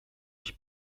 ich